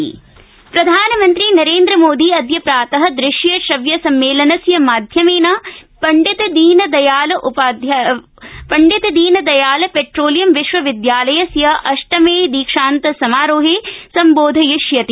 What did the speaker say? दीक्षान्त प्रधानमन्त्री नरेन्द्र मोदी अद्य प्रातः दृश्य श्रव्य सम्मेलनस्य माध्यमेन पण्डित दीनदयाल पेट्रोलियम विश्वविद्यालयस्य अष्टमे दीक्षान्त समारोहे सम्बोधयिष्यति